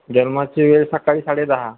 जन्माची वेळ सकाळी साडे दहा